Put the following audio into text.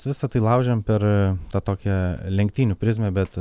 visa tai laužiam per tą tokią lenktynių prizmę bet